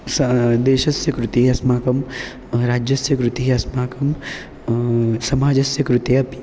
स देशस्य कृते अस्माकं राज्यस्य कृते अस्माकं समाजस्य कृते